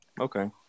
Okay